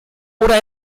oder